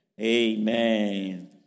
Amen